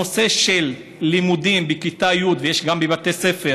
הנושא של לימודים בכיתה י', ויש גם בבתי ספר